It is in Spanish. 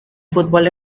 fútbol